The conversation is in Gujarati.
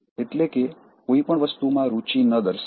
એટલે કે કોઈ પણ વસ્તુમાં રુચિ ન દર્શાવવી